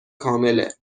کامله